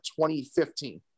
2015